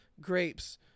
grapes